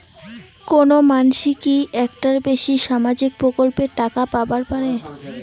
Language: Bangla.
কোনো মানসি কি একটার বেশি সামাজিক প্রকল্পের টাকা পাবার পারে?